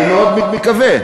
אני מאוד מקווה.